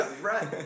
right